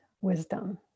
wisdom